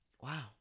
Wow